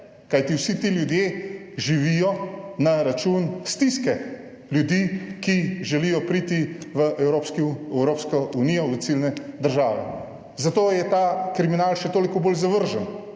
kajti vsi ti ljudje živijo na račun stiske ljudi, ki želijo priti v Evropsko unijo, v ciljne države. Zato je ta kriminal še toliko bolj zavržen,